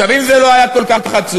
עכשיו, אם זה לא היה כל כך עצוב,